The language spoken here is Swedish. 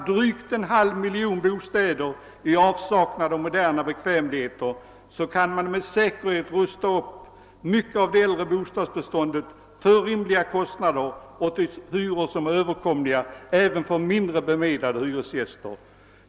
Drygt en halv miljon bostäder är dessutom i avsaknad av moderna bekvämligheter. Man kan med säkerhet rusta upp en stor del av det äldre bostadsbeståndet för rimliga kostnader och hyra ut dem till hyror som är överkomliga även för mindre bemedlade hyresgäster.